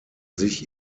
sich